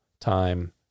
time